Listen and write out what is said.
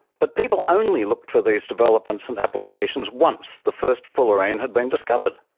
but people only looked for these developments and applications once the first fullerene had been discovered.